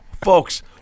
Folks